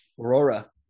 aurora